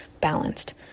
balanced